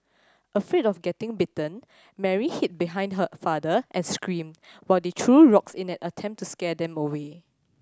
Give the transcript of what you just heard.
afraid of getting bitten Mary hid behind her father and screamed while they threw rocks in an attempt to scare them away